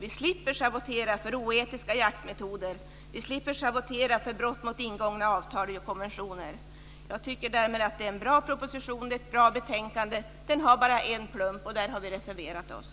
Vi slipper schavottera för oetiska jaktmetoder, för brott mot ingångna avtal och konventioner. Jag tycker att det är en bra proposition och ett bra betänkande. Betänkandet har bara en plump, och där har vi reserverat oss.